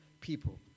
people